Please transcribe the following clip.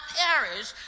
perish